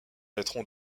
naîtront